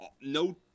no